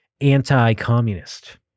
anti-communist